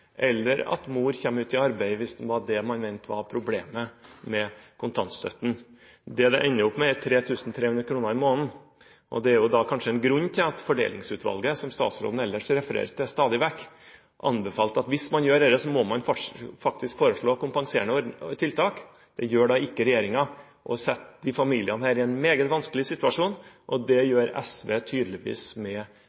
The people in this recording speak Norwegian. arbeid, hvis det var det man mente var problemet med kontantstøtten. Det det ender opp med, er 3 300 kr mindre i måneden. Det er kanskje en grunn til at Fordelingsutvalget, som statsråden ellers refererer til stadig vekk, anbefalte, hvis man gjør dette, faktisk å foreslå kompenserende tiltak. Det gjør ikke regjeringen, og det setter disse familiene i en meget vanskelig situasjon. Det